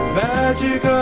magic